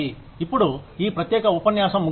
ఇప్పుడు ఈ ప్రత్యేక ఉపన్యాసం ముగుస్తుంది